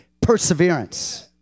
perseverance